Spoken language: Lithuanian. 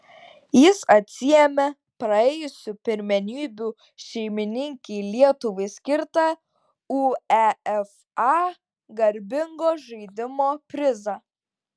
jis atsiėmė praėjusių pirmenybių šeimininkei lietuvai skirtą uefa garbingo žaidimo prizą